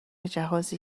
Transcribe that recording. جهازی